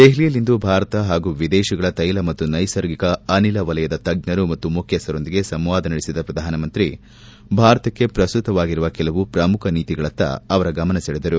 ದೆಹಲಿಯಲ್ಲಿಂದು ಭಾರತ ಹಾಗೂ ವಿದೇಶಗಳ ತ್ಯೆಲ ಮತ್ತು ನೈಸರ್ಗಿಕ ಅನಿಲ ವಲಯದ ತಜ್ಞರು ಮತ್ತು ಮುಖ್ಯಸ್ಟರೊಂದಿಗೆ ಸಂವಾದ ನಡೆಸಿದ ಪ್ರಧಾನಮಂತ್ರಿ ಭಾರತಕ್ಕೆ ಪ್ರಸ್ತುತವಾಗಿರುವ ಕೆಲವು ಪ್ರಮುಖ ನೀತಿಗಳತ್ತ ಅವರ ಗಮನ ಸೆಳೆದರು